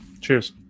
cheers